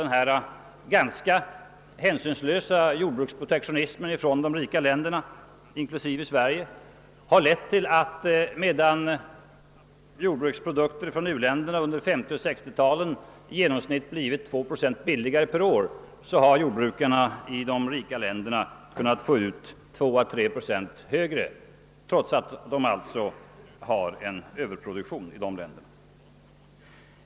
Den ganska hänsynslösa jordbruksprotektionismen från de rika ländernas sida, även från Sveriges, har lett till att medan jordbruksprodukter från u-länderna under 1950 och 1960-talen i genomsnitt blivit 2 procent billigare per år har jordbrukarna i de rika länderna fått ut 2 å 3 procent högre priser trots överproduktion.